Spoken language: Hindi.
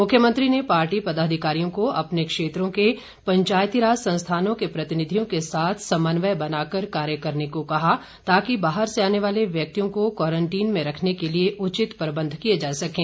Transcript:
मुख्यमंत्री ने पार्टी पदाधिकारियों को अपने क्षेत्रों के पंचायती राज संस्थानों के प्रतिनिधियों के साथ समन्वय बनाकर कार्य करने को कहा ताकि बाहर से आने वाले व्यक्तियों को क्वारन्टीन में रखने के लिए उचित प्रबन्ध किए जा सकें